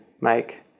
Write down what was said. make